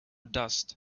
dust